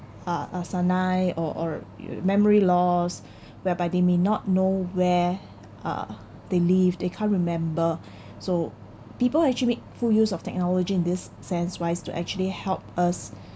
uh uh senile or or memory loss whereby they may not know where uh they live they can't remember so people actually with full use of technology in this sense wise to actually help us